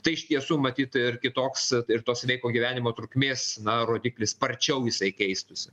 tai iš tiesų matyt ir kitoks ir to sveiko gyvenimo trukmės na rodiklis sparčiau jisai keistųsi